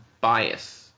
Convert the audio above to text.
bias